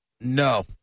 No